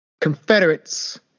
confederates